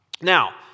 Now